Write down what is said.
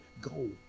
go